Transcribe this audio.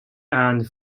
and